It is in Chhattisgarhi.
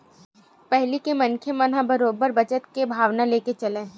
पहिली के मनखे मन ह बरोबर बचत के भावना लेके चलय